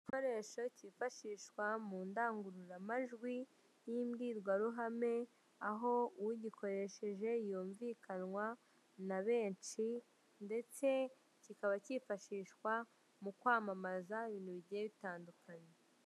Igikoresho cyifashishwa mu ndangururamajwi y'imbwirwaruhame, aho ugikoresheje yumvikanwa na benshi ndetse kikaba cyifashishwa mu kwamamaza ibintu bigiye bitandukanye.